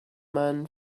man